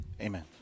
Amen